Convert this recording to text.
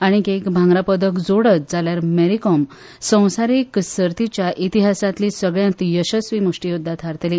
आनीक एक भांगरा पदक जोडत जाल्यार मॅरीकॉम संवसारांतल्या इतिहासांतली सगल्यांत येसस्वी मुश्टीयोद्धा थारतली